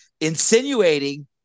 insinuating